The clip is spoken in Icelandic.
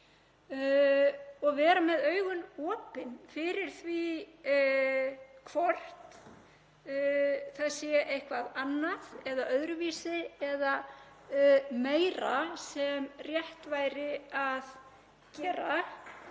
og vera með augun opin fyrir því hvort það sé eitthvað annað eða öðruvísi eða meira sem rétt væri að gera.